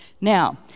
Now